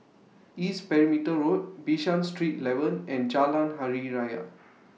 East Perimeter Road Bishan Street eleven and Jalan Hari Raya